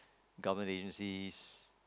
government agencies